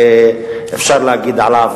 אפשר להגיד עליו